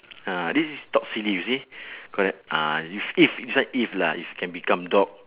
ah this is talk silly you see correct ah if if this one if lah if can become dog